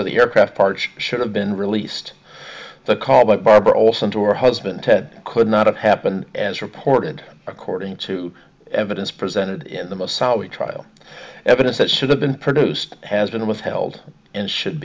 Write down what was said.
of the aircraft parts should have been released the car but barbara olson to her husband ted could not have happened as reported according to evidence presented in the massai trial evidence that should have been produced has been withheld in should